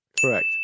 Correct